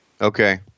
Okay